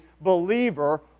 believer